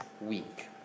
week